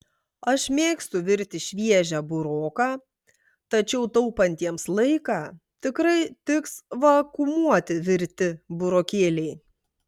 aš mėgstu virti šviežią buroką tačiau taupantiems laiką tikrai tiks vakuumuoti virti burokėliai